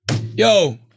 yo